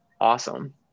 awesome